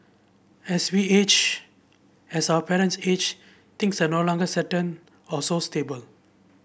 as we age as our parents age things are no longer certain or so stable